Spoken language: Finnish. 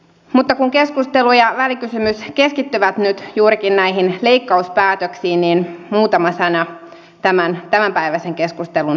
mutta kun keskustelu ja välikysymys keskittyvät nyt juurikin näihin leikkauspäätöksiin niin muutama sana tämänpäiväisen keskustelun pohjalta